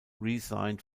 resigned